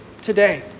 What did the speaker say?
today